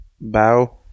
Bow